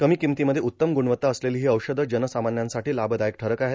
मी किमतीमध्ये उत्तम ग्रुणवत्ता असलेली ही औषधं जनसामान्यांसाठी लाभदायक ठरत आहेत